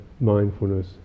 mindfulness